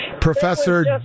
Professor